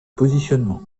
positionnement